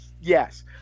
yes